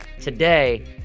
today